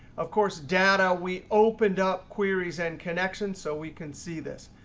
of course, data, we opened up queries and connections so we can see this.